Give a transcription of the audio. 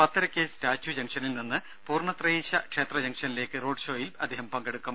പത്തരക്ക് statue ജംഗ്ഷനിൽ നിന്ന് പൂർണത്രയീശ ക്ഷേത്ര ജംഗ്ഷനിലേക്ക് റോഡ് ഷോയിൽ പങ്കെടുക്കും